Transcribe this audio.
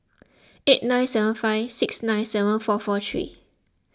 eight nine seven five six nine seven four four three